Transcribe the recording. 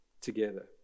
together